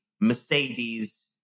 Mercedes